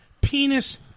penis